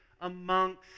amongst